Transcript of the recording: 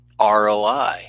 ROI